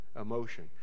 emotion